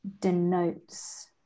denotes